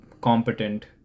competent